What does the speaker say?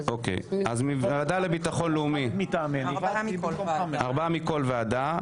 ארבעה נציגים מכל ועדה: